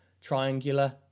triangular